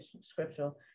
scriptural